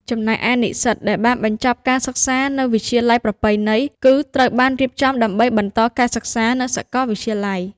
ចំណែកឯនិស្សិតដែលបានបញ្ចប់ការសិក្សានៅ វិទ្យាល័យប្រពៃណី គឺត្រូវបាន រៀបចំដើម្បីបន្តការសិក្សា នៅសាកលវិទ្យាល័យ។